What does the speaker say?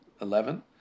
eleven